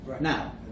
Now